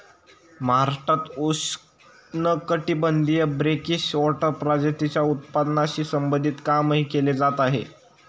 महाराष्ट्रात उष्णकटिबंधीय brackish water प्रजातींच्या उत्पादनाशी संबंधित कामही केले जात आहे